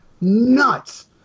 nuts